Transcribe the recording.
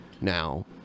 now